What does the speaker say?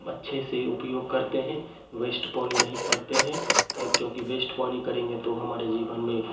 अच्छे से उपयोग करते हैं वेस्ट पानी नहीं करते हैं क्योंकि वेस्ट पानी करेंगे तो हमारे जीवन में